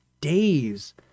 days